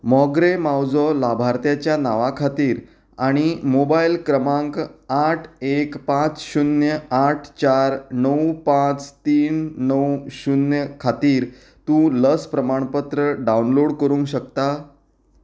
मोगरें मावजो लाभार्थ्याच्या नांवा खातीर आनी मोबायल क्रमांक आठ एक पांच शून्य आठ चार णव पांच तीन णव शून्य खातीर तूं लस प्रमाणपत्र डावनलोड करूंक शकता